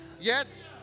Yes